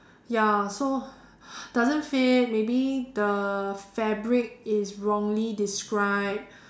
ya so doesn't fit maybe the fabric is wrongly described